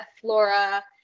Flora